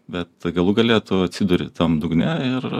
bet galų gale tu atsiduri tam dugne ir